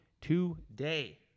today